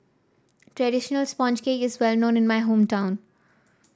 traditional sponge cake is well known in my hometown